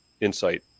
insight